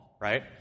right